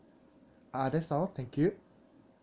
uh that's all thank you